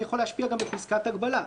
יכול להשפיע גם בפסקת הגבלה.